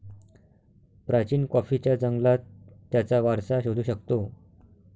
प्राचीन कॉफीच्या जंगलात त्याचा वारसा शोधू शकतो